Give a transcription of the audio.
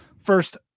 First